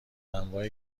انواع